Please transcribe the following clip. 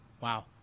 Wow